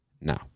now